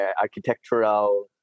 architectural